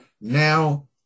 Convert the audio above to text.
now